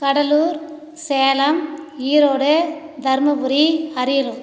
Cuddalore Salem Erode Dharmapuri Ariyalur